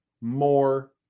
more